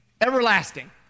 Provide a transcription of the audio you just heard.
everlasting